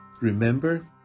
remember